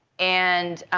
and